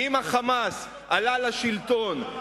ואם ה"חמאס" עלה לשלטון,